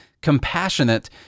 compassionate